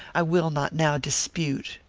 i will not now dispute,